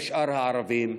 כמו שאר הערבים,